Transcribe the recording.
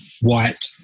white